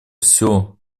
все